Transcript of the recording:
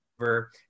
over